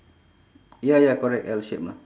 ya ya correct L shape mah